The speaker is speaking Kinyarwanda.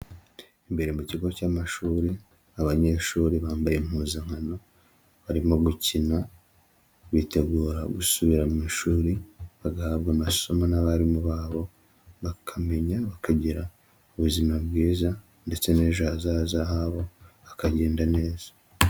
Imbere mu kigo cy'amashuri, abanyeshuri bambaye impuzankano, barimo gukina, bitegura gusubira mu ishuri, bagahabwa amasomo n'abarimu babo, bakamenya, bakagira ubuzima bwiza ndetse n'ejo hazaza habo hakagenda neza.